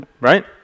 right